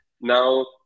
Now